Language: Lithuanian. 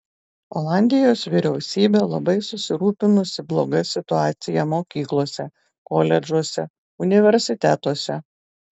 olandijos vyriausybė labai susirūpinusi bloga situacija mokyklose koledžuose universitetuose